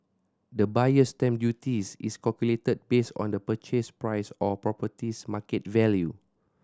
The Buyer's Stamp Duties is calculated based on the purchase price or property's market value